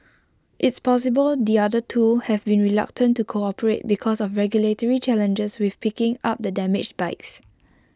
it's possible the other two have been reluctant to cooperate because of regulatory challenges with picking up the damaged bikes